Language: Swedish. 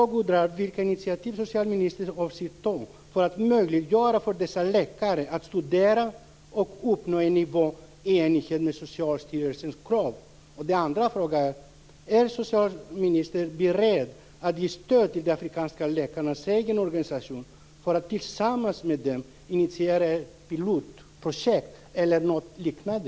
Min andra fråga är: Är socialministern beredd att ge stöd till de afrikanska läkarnas egen organisation för att tillsammans med dem initiera ett pilotprojekt eller något liknande?